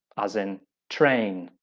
as in train.